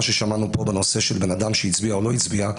ששמענו פה בנושא של בן אדם שהצביע או לא הצביע,